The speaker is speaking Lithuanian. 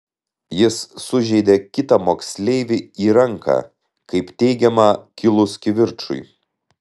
jis sužeidė kitą moksleivį į ranką kaip teigiama kilus kivirčui